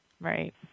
right